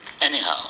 Anyhow